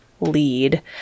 lead